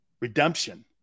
redemption